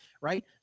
Right